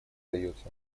дается